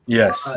yes